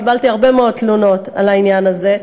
קיבלתי הרבה מאוד תלונות על העניין הזה,